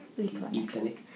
EClinic